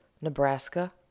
nebraska